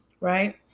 right